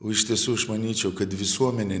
o iš tiesų aš manyčiau kad visuomenė